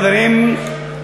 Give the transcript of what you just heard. חברים,